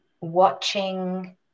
watching